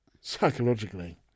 psychologically